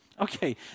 Okay